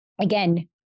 again